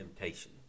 temptation